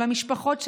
למשפחות שלנו.